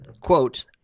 quote